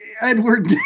Edward